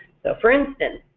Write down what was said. so for instance,